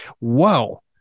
Wow